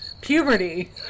Puberty